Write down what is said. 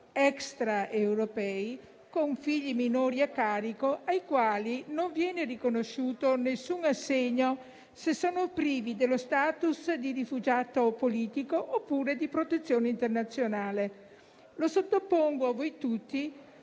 extraeuropei con figli minori a carico, ai quali non viene riconosciuto alcun assegno se privi dello *status* di rifugiato politico oppure di protezione internazionale. Lo sottopongo a voi tutti